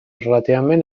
relativament